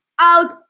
out